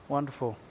Wonderful